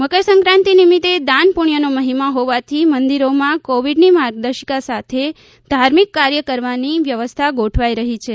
મકરસંક્રાંતિ નિમિત્તે દાન પુણ્યનો પણ મહિમા હોવાથી મંદિરોમાં કોવિડની માર્ગદર્શિકા સાથે ધાર્મિક કાર્ય કરવાની વ્યવસ્થા ગોઠવાઈ રહી છે